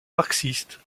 marxiste